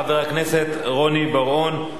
חבר הכנסת רוני בר-און,